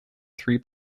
three